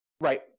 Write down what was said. Right